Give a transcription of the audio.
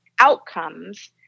outcomes